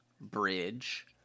Bridge